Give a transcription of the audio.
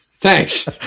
thanks